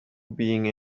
being